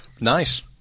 Nice